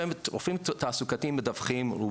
רופאים תעסוקתיים מדווחים, רובם,